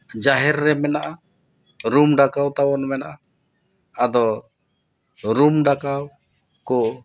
ᱡᱟᱦᱮᱨ ᱨᱮ ᱢᱮᱱᱟᱜᱼᱟ ᱨᱩᱢ ᱰᱟᱠᱟᱣ ᱛᱟᱵᱚᱱ ᱢᱮᱱᱟᱜᱼᱟ ᱟᱫᱚ ᱨᱩᱢ ᱰᱟᱠᱟᱣ ᱠᱚ